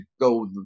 go